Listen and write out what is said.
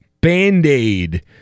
Band-Aid